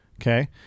okay